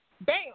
Bam